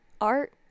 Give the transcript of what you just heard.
Art